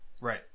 Right